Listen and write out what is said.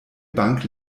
bank